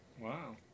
wow